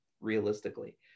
realistically